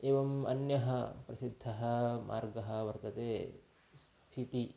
एवम् अन्यः प्रसिद्धः मार्गः वर्तते स्फिति